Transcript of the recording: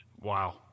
Wow